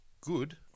Good